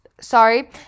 Sorry